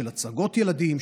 של הצגות ילדים,